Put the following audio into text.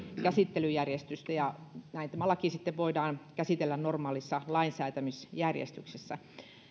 käsittelyjärjestystä ja näin tämä laki sitten voidaan käsitellä normaalissa lainsäätämisjärjestyksessä